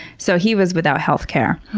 so he was without healthcare.